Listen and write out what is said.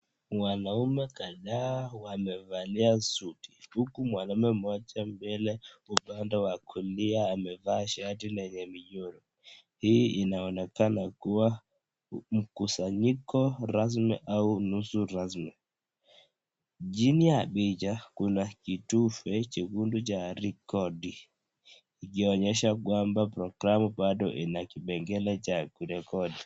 Wanaume kadhaa wamevalia suti, huku mwanaume mmoja mbele upande wa kulia amevaa shati yenye michoro. Hii inaonekana kuwa mkusanyiko rasmi au nusu rasmi. Chini ya picha kuna kitufe chekundu cha kurekodi ikionyesha kwamba programu bado ina kipengele cha rekodi.